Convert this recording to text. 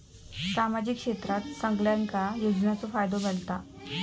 सामाजिक क्षेत्रात सगल्यांका योजनाचो फायदो मेलता?